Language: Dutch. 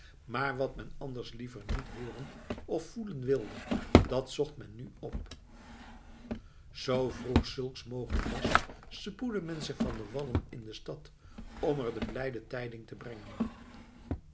maar wat men anders liever niet hooren of voelen wilde dat zocht men nu op zoo vroeg zulks mogelijk was spoedde men zich van de wallen in de stad om er de blijde tijding te brengen